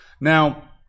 Now